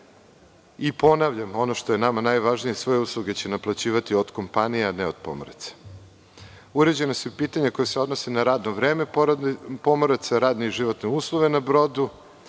i ponavljam, a to je nama najvažnije, svoje usluge će naplaćivati od kompanija a ne od pomoraca. Uređena su i pitanja koja se odnose na radno vreme pomoraca, radne i životne uslove na brodu,